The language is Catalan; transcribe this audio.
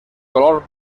color